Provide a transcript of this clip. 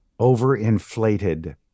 overinflated